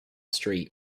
street